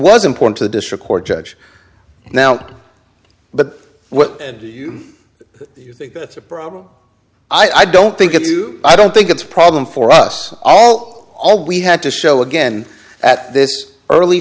was important to the district court judge now but what do you think that's a problem i don't think of you i don't think it's a problem for us all all we have to show again at this early